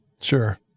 Sure